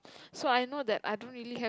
so I know that I don't really have